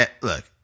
Look